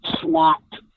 swamped